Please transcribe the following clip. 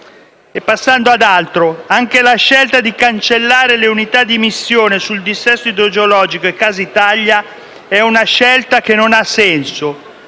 Passando ad altro, anche la scelta di cancellare le unità di missione sul dissesto idrogeologico e Casa Italia non ha senso,